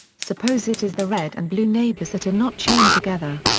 suppose it is the red and blue neighbors that are not chained together.